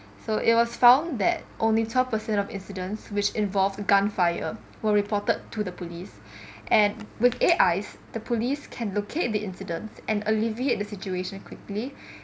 so it was found that only twelve percent of incidents which involved gunfire were reported to the police and with A_I the police can locate the incidents and alleviate the situation quickly